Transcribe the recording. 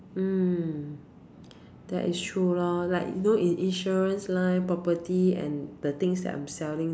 mm that is true loh like you know in insurance line property and the things that I am selling